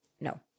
No